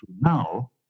now